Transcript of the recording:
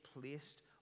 placed